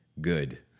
good